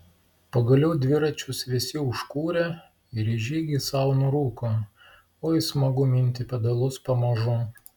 pagaliau dviračius visi užkūrė ir į žygį sau nurūko oi smagu minti pedalus pamažu